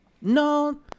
No